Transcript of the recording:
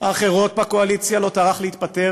האחרות בקואליציה לא טרח להתפטר